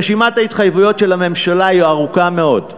רשימת ההתחייבויות של הממשלה היא ארוכה מאוד: